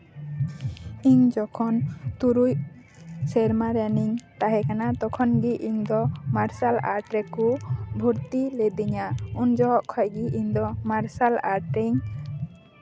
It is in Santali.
ᱤᱧ ᱡᱚᱠᱷᱚᱱ ᱛᱩᱨᱩᱭ ᱥᱮᱨᱢᱟ ᱨᱮᱱᱤᱧ ᱛᱟᱦᱮᱸ ᱠᱟᱱᱟ ᱛᱚᱠᱷᱚᱱ ᱜᱮ ᱤᱧ ᱫᱚ ᱢᱟᱨᱥᱟᱞ ᱟᱨᱴ ᱨᱮᱠᱚ ᱵᱷᱚᱨᱛᱤ ᱞᱮᱫᱤᱧᱟ ᱩᱱ ᱡᱚᱦᱚᱜ ᱠᱷᱚᱡᱜᱮ ᱤᱧ ᱫᱚ ᱢᱟᱨᱥᱟᱞ ᱟᱨᱴ ᱨᱮᱧ